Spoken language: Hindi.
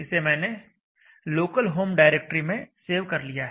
इसे मैंने लोकल होम डायरेक्टरी में सेव कर लिया है